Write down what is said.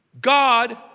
God